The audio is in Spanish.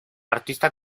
artista